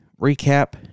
recap